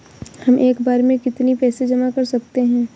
हम एक बार में कितनी पैसे जमा कर सकते हैं?